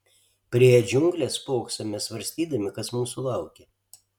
priėję džiungles spoksome svarstydami kas mūsų laukia